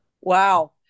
Wow